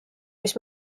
mis